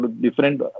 different